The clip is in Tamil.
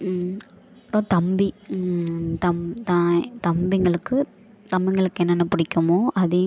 இப்போ தம்பி தம்பிங்களுக்கு தம்பிங்களுக்கு என்னென்ன பிடிக்குமோ அதையும்